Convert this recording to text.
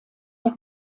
der